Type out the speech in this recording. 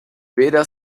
weder